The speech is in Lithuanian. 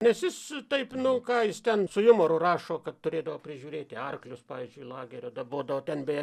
nes jis taip nu ką jis ten su jumoru rašo kad turėdavo prižiūrėti arklius pavyzdžiui lagerio dabodavo ten beje